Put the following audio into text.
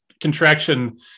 contraction